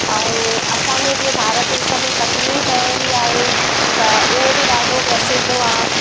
ऐं असांजो जीअं भारत देश में कटनी शहर ई आहे त उहो बि ॾाढो प्रसिद्ध आहे